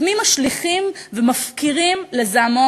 את מי משליכים ומפקירים לזעמו,